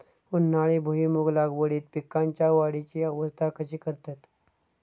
उन्हाळी भुईमूग लागवडीत पीकांच्या वाढीची अवस्था कशी करतत?